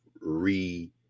re